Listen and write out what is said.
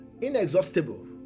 inexhaustible